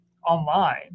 online